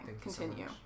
Continue